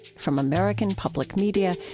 from american public media,